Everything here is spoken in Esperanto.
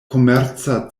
komerca